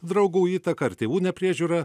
draugų įtaka ar tėvų nepriežiūra